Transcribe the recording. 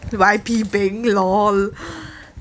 Y_P beng LOL